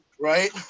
Right